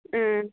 ꯎꯝ